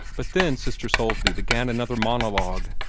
but then sister soulsby began another monologue,